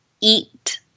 eat